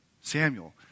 Samuel